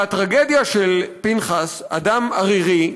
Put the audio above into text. הטרגדיה של פנחס, אדם ערירי,